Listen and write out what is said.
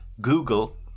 Google